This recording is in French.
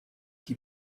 qui